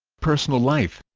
personal life